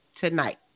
tonight